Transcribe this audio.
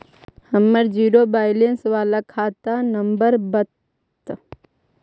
हमर zero balance बाला खाता नम्बर बत?